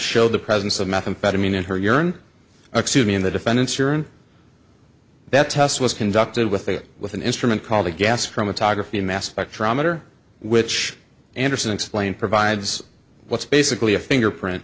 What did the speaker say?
showed the presence of methamphetamine in her urine excuse me in the defendant's urine that test was conducted with a with an instrument called a gas chromatography mass spectrometer which anderson explain provides what's basically a fingerprint